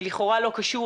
לכאורה לא קשור,